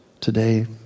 today